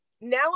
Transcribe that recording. now